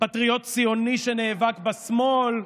פטריוט ציוני שנאבק בשמאל,